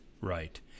right